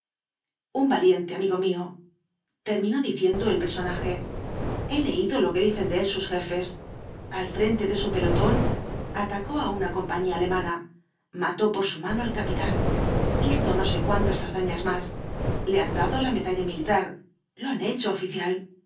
un valiente amigo mío terminó diciendo el personaje he leído lo que dicen de él sus jefes al frente de su pelotón atacó á una compañía alemana mató por su mano al capitán hizo no sé cuántas hazañas más le han dado la medalla militar lo han hecho oficial